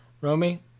Romy